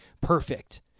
perfect